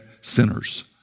sinners